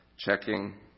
checking